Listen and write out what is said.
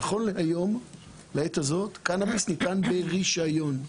נכון להיום לעת הזאת קנביס ניתן ברישיון,